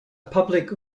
public